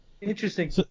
Interesting